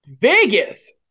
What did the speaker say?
Vegas